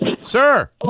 Sir